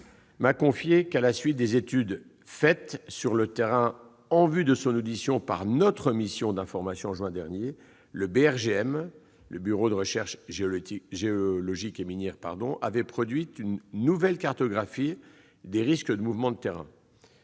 m'a confié que, à la suite des études faites sur le terrain en vue de son audition par notre mission d'information en juin dernier, le Bureau de recherches géologiques et minières, le BRGM, avait produit une nouvelle cartographie des risques de mouvements de terrain.